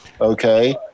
okay